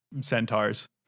centaurs